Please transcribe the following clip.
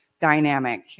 dynamic